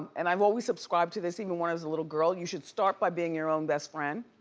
and i've always subscribed to this, even when i was a little girl, you should start by being your own best friend.